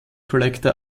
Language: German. collector